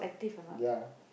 ya